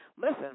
Listen